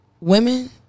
women